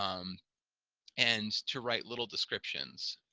um and to write little descriptions.